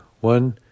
One